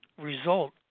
result